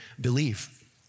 believe